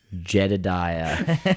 Jedediah